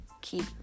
keep